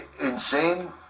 insane